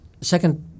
second